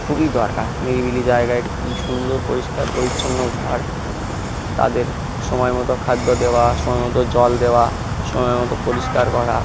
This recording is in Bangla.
খুবই দরকার নিরিবিলি জায়গায় একটি সুন্দর পরিষ্কার পরিচ্ছন্ন ঘর তাদের সময় মতো খাদ্য দেওয়া সময় মতো জল দেওয়া সময় মতো পরিষ্কার করা